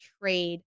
trade